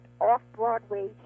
off-Broadway